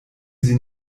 sie